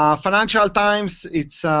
um financial times, it's,